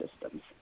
systems